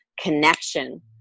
connection